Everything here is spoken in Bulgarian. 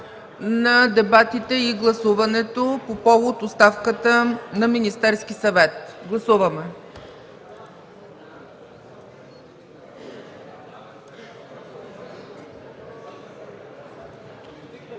на дебатите и гласуването по повод оставката на Министерския съвет. Гласували